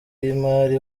y’imari